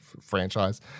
franchise